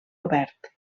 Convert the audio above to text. obert